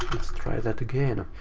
try that again.